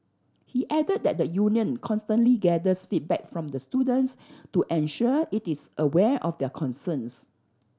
he added that the union constantly gathers feedback from the students to ensure it is aware of their concerns